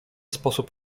sposób